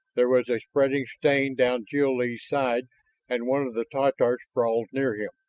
there was a spreading stain down jil-lee's side and one of the tatars sprawled near him,